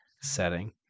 setting